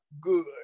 good